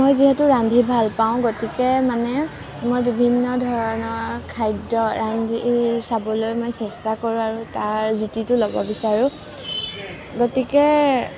মই যিহেতু ৰান্ধি ভাল পাওঁ গতিকে মানে মই বিভিন্ন ধৰণৰ খাদ্য ৰান্ধি চাবলৈ মই চেষ্টা কৰোঁ আৰু তাৰ জুতিটো ল'ব বিচাৰোঁ গতিকে